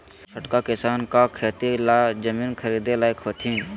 छोटका किसान का खेती ला जमीन ख़रीदे लायक हथीन?